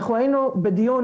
אנחנו היינו בדיון,